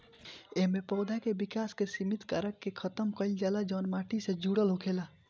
एमे पौधा के विकास के सिमित कारक के खतम कईल जाला जवन की माटी से जुड़ल होखेला